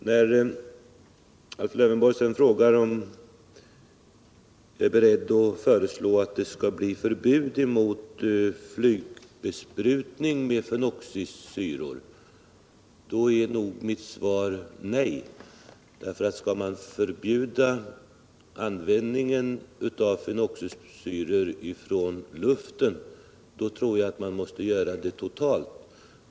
När Alf Lövenborg sedan frågar om jag är beredd att föreslå att det skall bli förbud mot flygbesprutning med fenoxisyror är mitt svar nej. Skall man förbjuda besprutning med fenoxisyror från luften tror jag att man måste göra det totalt.